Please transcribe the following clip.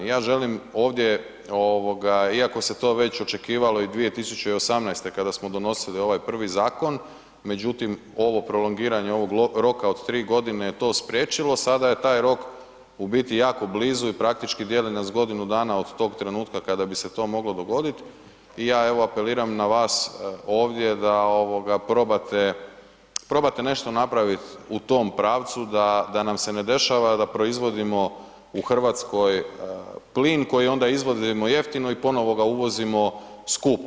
Ja želim ovdje ovoga iako se to već očekivalo i 2018. kada smo donosili ovaj prvi zakon, međutim ovo prolongiranje ovog roka od 3 godine je to spriječilo, sada je taj rok u biti jako blizu i praktički dijeli nas godinu dana od tog trenutka kada bi se to moglo dogoditi i ja evo apeliram na vas ovdje da ovoga probate, probate nešto napraviti u tom pravcu da nam se ne dešava da proizvodimo u Hrvatskoj plin koji onda izvozimo jeftino i ponovo ga uvozimo skupo.